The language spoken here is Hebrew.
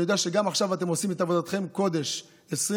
אני יודע שגם עכשיו אתם עושים את עבודתכם קודש 24/7,